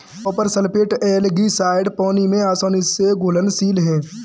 copper sulphate algicide पानी में आसानी से घुलनशील है